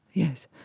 yes.